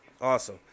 Awesome